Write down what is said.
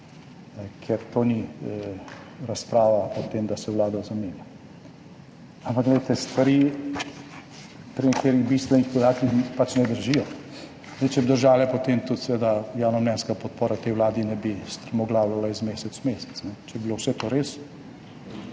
ker to ni razprava o tem, da se vlada zamenja. Ampak glejte, stvari pri nekaterih bistvenih podatkih pač ne držijo. Če bi držale, potem tudi seveda javnomnenjska podpora tej vladi ne bi strmoglavljala iz meseca v mesec. Če bi bilo vse to res,